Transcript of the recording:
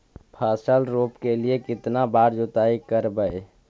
फसल रोप के लिय कितना बार जोतई करबय?